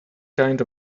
kind